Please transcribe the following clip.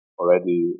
already